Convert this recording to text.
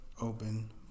open